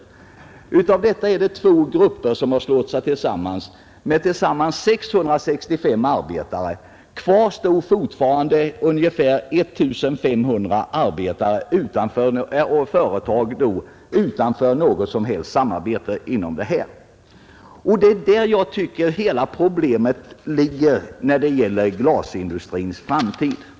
Bland de företag, inom vilka dessa 2 300 är anställda, har två grupper slutit sig samman. Inom dessa grupper finns tillsammans 665 arbetare. Kvar finns alltså ungefär 1 500 arbetare i företag som står utanför varje som helst samarbete. Det är där jag tycker hela problemet med glasindustrins framtid ligger.